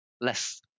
Less